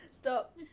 Stop